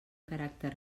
caràcter